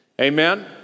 Amen